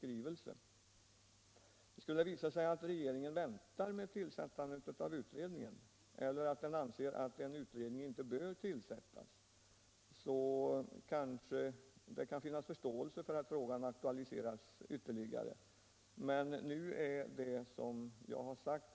Skulle det däremot visa sig att regeringen dröjer med att tillsätta utredningen eller att man anser att en utredning:inte bör tillsättas kan det finnas motiv för att aktualisera frågan ytterligare.